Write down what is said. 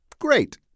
great